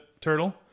turtle